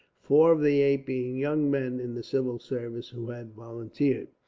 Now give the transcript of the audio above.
four of the eight being young men in the civil service, who had volunteered.